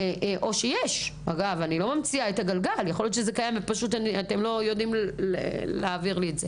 אולי היא קיימת ואתם לא יודעים להעביר לי את זה?